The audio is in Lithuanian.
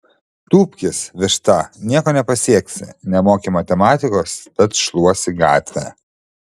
tūpkis višta nieko nepasieksi nemoki matematikos tad šluosi gatvę